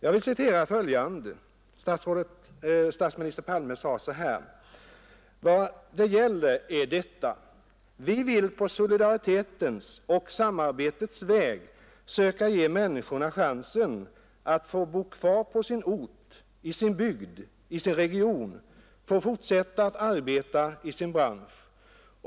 Jag vill citera följande ord ur statsminister Palmes anförande: ”Vad det gäller är detta: Vi vill på solidaritetens och samarbetets väg söka ge människorna chansen att få bo kvar på sin ort, i sin bygd, i sin region, få fortsätta att arbeta i sin bransch.